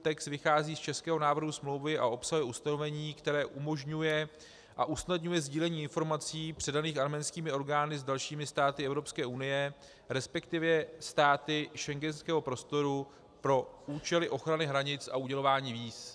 Text vychází z českého návrh smlouvy a obsahuje ustanovení, které umožňuje a usnadňuje sdílení informací předaných arménskými orgány s dalšími státy Evropské unie, respektive státy schengenského prostoru, pro účely ochrany hranic a udělování víz.